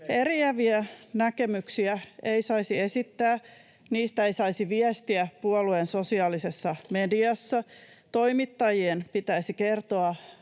Eriäviä näkemyksiä ei saisi esittää, niistä ei saisi viestiä puolueen sosiaalisessa mediassa, toimittajien pitäisi kertoa